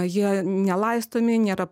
jie nelaistomi nėra